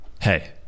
hey